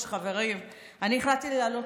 חבר הכנסת גפני,